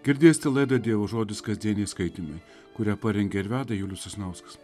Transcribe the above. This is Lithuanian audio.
girdėsite laidą dievo žodis kasdieniai skaitymai kurią parengia ir veda julius sasnauskas